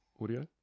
audio